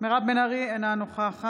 מירב בן ארי, אינה נוכחת